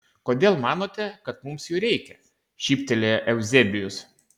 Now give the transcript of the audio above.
kodėl manote kad mums jų reikia šyptelėjo euzebijus